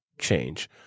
change